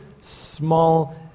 small